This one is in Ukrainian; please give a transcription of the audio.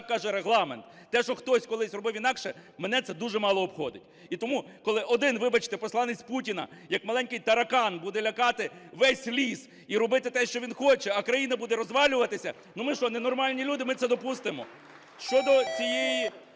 Так каже Регламент. Те, що хтось колись робив інакше, мене це дуже мало обходить. І тому, коли один, вибачте, посланець Путіна, як маленький таракан, буде лякати весь ліс і робити те, що він хоче, а країна буде розвалюватися, ну ми що, ненормальні люди, ми це допустимо? Щодо цієї